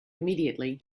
immediately